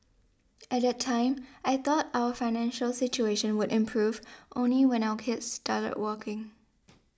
at that time I thought our financial situation would improve only when our kids started working